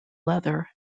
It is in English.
leather